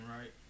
right